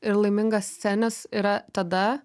ir laimingascenis yra tada